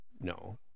No